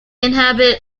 inhabit